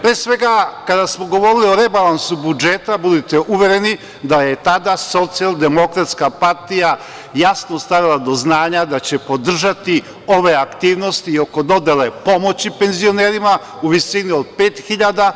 Pre svega, kada smo govorili o rebalansu budžeta, budite uvereni da je tada SDPS jasno stavila do znanja da će podržati ove aktivnosti oko dodele pomoći penzionerima u visini od pet hiljada.